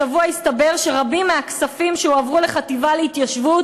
השבוע הסתבר שרבים מהכספים שהועברו לחטיבה להתיישבות